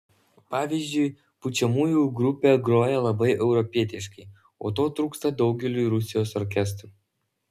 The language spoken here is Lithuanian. pavyzdžiui pučiamųjų grupė groja labai europietiškai o to trūksta daugeliui rusijos orkestrų